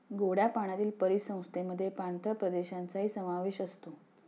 गोड्या पाण्यातील परिसंस्थेमध्ये पाणथळ प्रदेशांचाही समावेश असतो